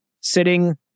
sitting